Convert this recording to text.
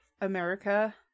America